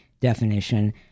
definition